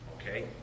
Okay